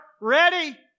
ready